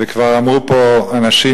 וכבר אמרו פה אנשים,